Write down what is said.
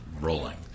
rolling